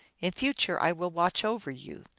in future i will watch over you.